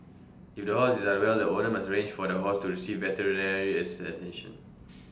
if the horse is unwell the owner must arrange for the horse to receive veterinary is attention